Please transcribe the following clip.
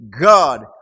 God